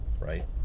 right